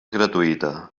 gratuïta